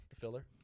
Filler